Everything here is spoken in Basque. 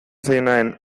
zaionaren